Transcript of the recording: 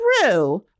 true